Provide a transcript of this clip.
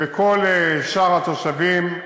וכל שאר התושבים.